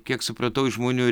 kiek supratau iš žmonių